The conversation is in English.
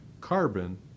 Carbon